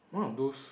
one of those